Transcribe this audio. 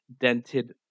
dented